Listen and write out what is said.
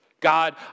God